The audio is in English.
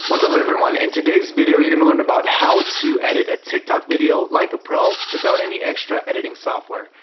what's up, everyone? in today's video you're going to learn about how to edit a tik tok video like a pro without any extra editing software.